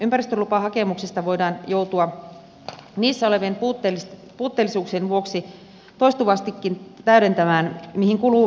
ympäristölupahakemuksia voidaan joutua niissä olevien puutteellisuuksien vuoksi toistuvastikin täydentämään mihin kuluu aikaa